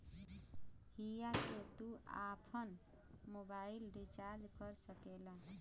हिया से तू आफन मोबाइल रीचार्ज कर सकेला